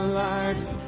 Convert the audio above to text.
life